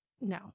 no